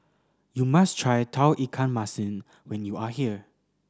you must try Tauge Ikan Masin when you are here